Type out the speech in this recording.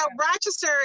Rochester